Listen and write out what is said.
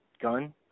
gun